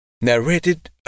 Narrated